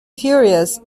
furious